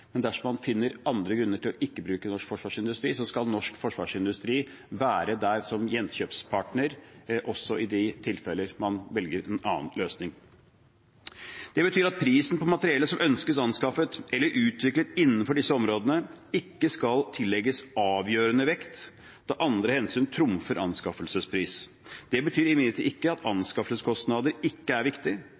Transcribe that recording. men dersom man finner andre grunner til ikke å bruke norsk forsvarsindustri, skal norsk forsvarsindustri være der som gjenkjøpspartner, også i de tilfeller hvor man velger en annen løsning. Det betyr at prisen på materiellet som ønskes anskaffet eller utviklet innenfor disse områdene, ikke skal tillegges avgjørende vekt, og at andre hensyn trumfer anskaffelsespris. Det betyr imidlertid ikke at anskaffelseskostnader ikke er viktig,